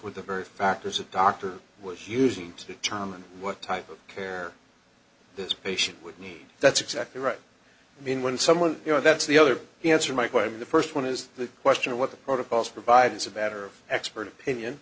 with the very factors a doctor was using to determine what type of care this patient would need that's exactly right i mean when someone you know that's the other the answer my question the first one is the question of what the protocols provides a better of expert opinion